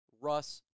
Russ